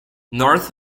north